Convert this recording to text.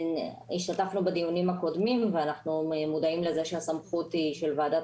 השתתפנו בדיונים הקודמים ואנחנו מודעים לזה שהסמכות היא של ועדת